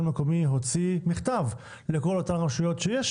מקומי הוציא מכתב לכל אותן רשויות שיש